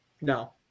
No